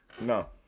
No